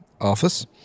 office